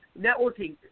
networking